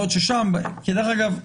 דרך אגב,